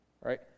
Right